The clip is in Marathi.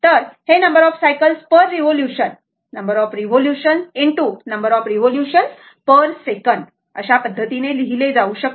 तर हे number of cycles per revolution ✖ number of revolution per second अशा पद्धतीने लिहिले जाऊ शकते